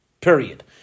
period